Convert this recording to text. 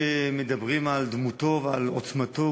כשמדברים על דמותו ועל עוצמתו,